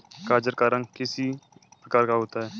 गाजर का रंग किस प्रकार का होता है?